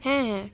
হ্যাঁ হ্যাঁ